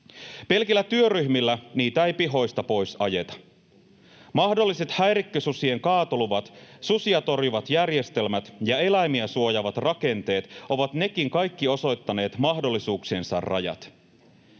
Pelkillä työryhmillä niitä ei pihoista pois ajeta. Mahdolliset häirikkösusien kaatoluvat, susia torjuvat järjestelmät ja eläimiä suojaavat rakenteet ovat nekin kaikki osoittaneet mahdollisuuksiensa rajat.